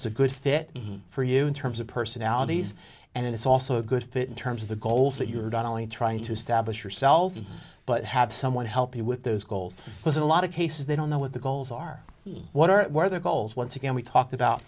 it's a good fit for you in terms of personalities and it's also a good fit in terms of the goals that you're not only trying to establish yourself but have someone help you with those goals because a lot of cases they don't know what the goals are what are their goals once again we talked about